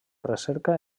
recerca